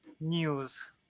news